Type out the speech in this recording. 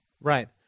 Right